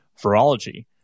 virology